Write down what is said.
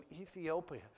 Ethiopia